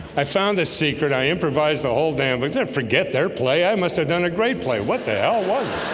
i found this secret. i improvised the whole damn, please. don't forget their play. i must have done a great play. what the hell one